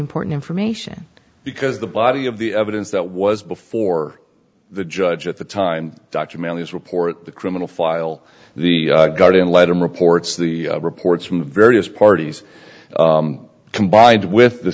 important information because the body of the evidence that was before the judge at the time documented his report the criminal file the guardian letter reports the reports from various parties combined with the